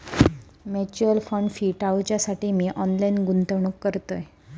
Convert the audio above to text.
mutual fund fee टाळूच्यासाठी मी online गुंतवणूक करतय